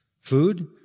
food